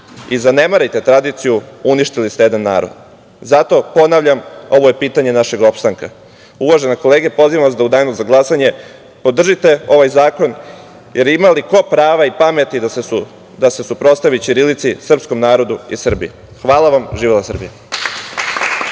i zanemarite tradiciju, uništili ste jedan narod. Zato ponavljam, ovo je pitanje našeg opstanka. Uvažene kolege, pozivam vas da u danu za glasanje podržite ovaj zakon, jer ima li ko prava i pameti da se suprotstavi ćirilici, srpskom narodu i Srbiji. Hvala vam i živela Srbija.